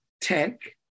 tech